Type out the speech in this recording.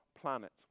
planet